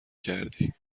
کردی